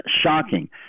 shocking